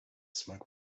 smoke